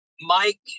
Mike